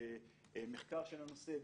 במחקר של הנושא,